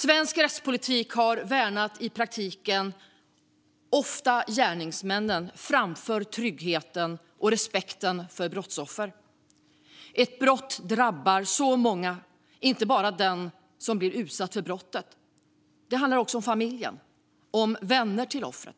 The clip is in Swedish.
Svensk rättspolitik har i praktiken ofta värnat gärningsmännen framför tryggheten och respekten för brottsoffren. Ett brott drabbar många, inte bara den som blir utsatt för brottet. Det handlar också om familjen och vännerna till offret.